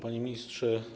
Panie Ministrze!